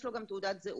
יש לו גם תעודת זהות.